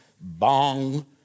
Bong